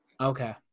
Okay